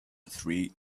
three